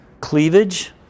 cleavage